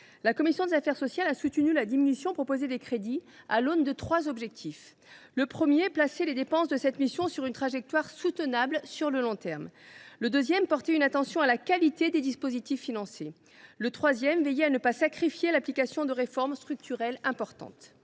La commission des affaires sociales a soutenu la diminution proposée, à l’aune de trois objectifs : placer les dépenses de cette mission sur une trajectoire soutenable sur le long terme ; porter une attention à la qualité des dispositifs financés ; veiller à ne pas sacrifier l’application de réformes structurelles importantes.